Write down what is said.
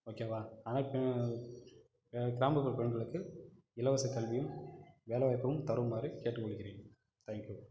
ஓகேவா அதனால இப்போ கிராமப்புற பெண்களுக்கு இலவசக் கல்வியும் வேலைவாய்ப்பும் தருமாறு கேட்டுக்கொள்கிறேன் தேங்க்யூ